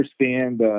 understand